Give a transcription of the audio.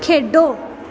खेढो